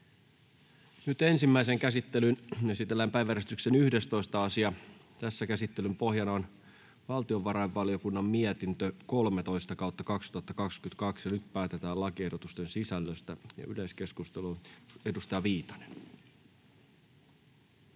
Ensimmäiseen käsittelyyn esitellään päiväjärjestyksen 11. asia. Käsittelyn pohjana on valtiovarainvaliokunnan mietintö VaVM 13/2022 vp. Nyt päätetään lakiehdotusten sisällöstä. — Ja yleiskeskusteluun, edustaja Viitanen.